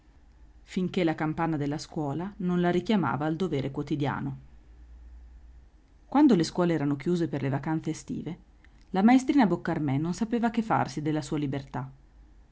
finché la campana della scuola non la richiamava al dovere quotidiano quando le scuole erano chiuse per le vacanze estive la maestrina boccarmè non sapeva che farsi della sua libertà